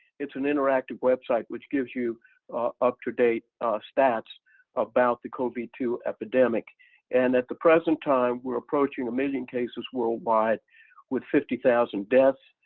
it's an interactive website. which gives you up-to-date stats about the cov two epidemic and at the present time we're approaching a million cases worldwide with fifty thousand deaths.